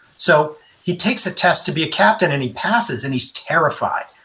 so he takes a test to be a captain and he passes, and he's terrified.